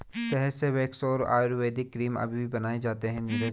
शहद से वैक्स और आयुर्वेदिक क्रीम अभी बनाए जाते हैं नीरज